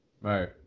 right